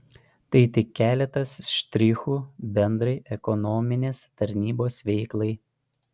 tai tik keletas štrichų bendrai ekonominės tarnybos veiklai